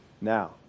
Now